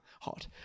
Hot